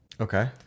Okay